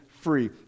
free